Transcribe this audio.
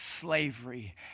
slavery